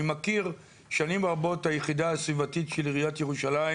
אני מכיר שנים רבות את היחידה הסביבתית של עיריית ירושלים,